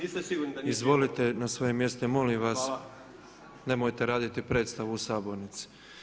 Izvolite na svoje mjesto i molim vas nemojte raditi predstavu u sabornici.